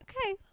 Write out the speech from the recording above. Okay